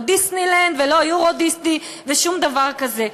"דיסנילנד" ולא "יורודיסני" ושום דבר כזה.